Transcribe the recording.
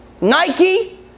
Nike